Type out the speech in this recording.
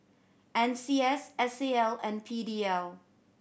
N C S S A L and P D L